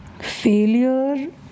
failure